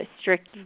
strict